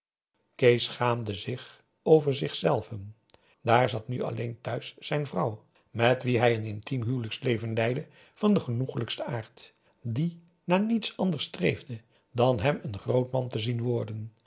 kees schaamde zich over zich zelven daar zat nu alleen thuis zijn vrouw met wie hij een intiem huwelijksleven leidde van den genoeglijksten aard die naar niets anders streefde dan hem een groot man te zien worden